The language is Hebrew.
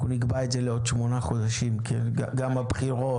נקבע את זה לעוד שמונה חודשים גם בגלל הבחירות,